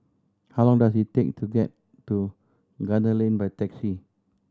how long does it take to get to Gunner Lane by taxi